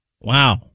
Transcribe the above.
Wow